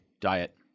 diet